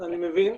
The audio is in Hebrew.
אני מבין.